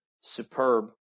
superb